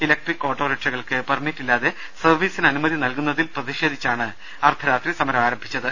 electric ഓട്ടോറിക്ഷകൾക്ക് പെർമിറ്റില്ലാതെ സർവ്വീസിന് അനുമതി നൽകുന്നതിൽ പ്രതിഷേധിച്ചാണ് അർദ്ധരാത്രി സമരം ആരംഭിച്ചത്